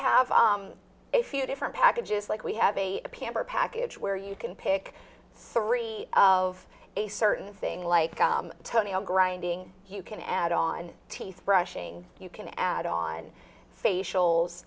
have a few different packages like we have a pamper package where you can pick three of a certain thing like tony on grinding you can add on teeth brushing you can add on facials